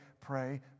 pray